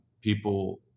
people